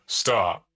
stop